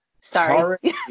Sorry